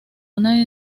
una